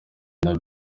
nayo